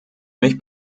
mich